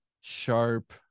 Sharp